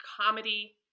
comedy